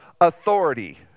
authority